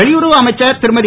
வெளியுறவு அமைச்சர் திருமதி